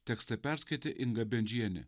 tekstą perskaitė inga bendžienė